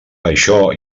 això